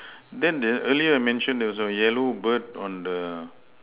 then the earlier mentioned also yellow bird on the